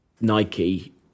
Nike